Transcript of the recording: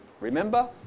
remember